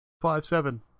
Five-seven